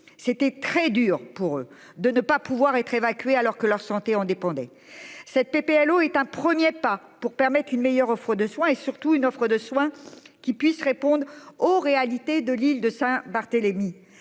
c'était très dur pour eux de ne pas pouvoir être évacués alors que leur santé en dépendait cette PPL eau est un 1er pas pour permettre une meilleure offre de soins et surtout une offre de soins qui puisse réponde aux réalités de l'île de Saint Barthélémy.